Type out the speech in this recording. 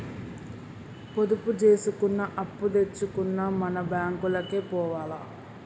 పొదుపు జేసుకున్నా, అప్పుదెచ్చుకున్నా మన బాంకులకే పోవాల